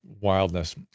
Wildness